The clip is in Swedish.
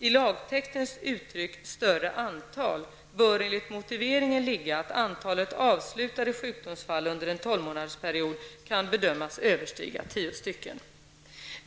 I lagtextens uttryck ''större antal'' bör enligt motiveringen ligga att antalet avslutade sjukdomsfall under en tolvmånadersperiod kan bedömas överstiga tio stycken.